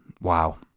wow